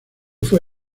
fue